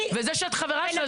אני --- וזה שאת חברה שלה,